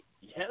Yes